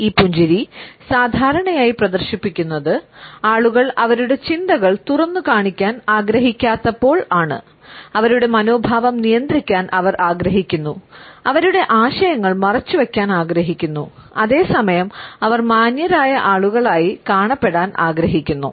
ഈ പുഞ്ചിരി സാധാരണയായി പ്രദർശിപ്പിക്കുന്നത് ആളുകൾ അവരുടെ ചിന്തകൾ തുറന്നു കാണിക്കാൻ ആഗ്രഹിക്കാത്തപ്പോൾ ആണ് അവരുടെ മനോഭാവം നിയന്ത്രിക്കാൻ അവർ ആഗ്രഹിക്കുന്നു അവരുടെ ആശയങ്ങൾ മറച്ചുവെക്കാൻ ആഗ്രഹിക്കുന്നു അതേ സമയം അവർ മാന്യരായ ആളുകളായി കാണപ്പെടാൻ ആഗ്രഹിക്കുന്നു